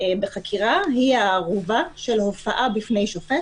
ובשנה שעברה גם היה קצת פחות